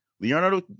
Leonardo